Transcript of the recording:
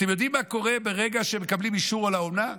אתם יודעים מה קורה ברגע שמקבלים אישור על האומנה?